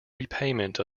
repayment